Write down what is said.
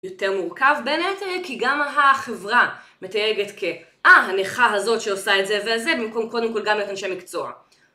יותר מורכב בין היתר כי גם החברה מתייגת כ-אה, הנכה הזאת שעושה את זה וזה, במקום קודם כל גם לאנשי מקצוע.